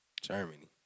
Germany